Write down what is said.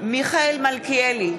מיכאל מלכיאלי,